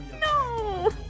No